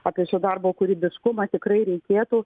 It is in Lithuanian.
apie šio darbo kūrybiškumą tikrai reikėtų